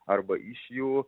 arba iš jų